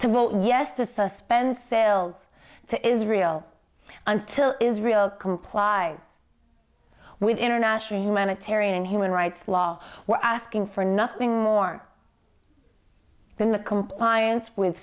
to vote yes to suspend sales to israel until israel comply with international humanitarian and human rights law we're asking for nothing more than the compliance with